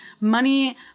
money